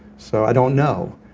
so i don't know,